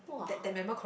!wah!